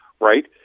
right